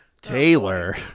Taylor